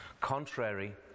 contrary